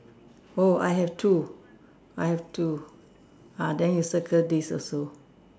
oh I have two I have two ah then you circle this also